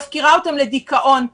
מפקירה אותם לדיכאון,